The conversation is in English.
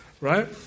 right